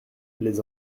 les